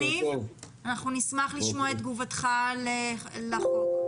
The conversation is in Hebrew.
נשמח לשמוע את תגובתך לחוק.